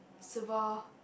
civil